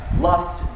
lust